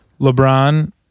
LeBron